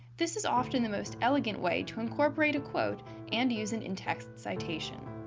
this is often the most elegant way to incorporate a quote and use an in-text citation.